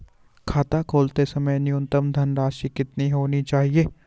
खाता खोलते समय न्यूनतम धनराशि कितनी होनी चाहिए?